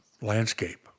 landscape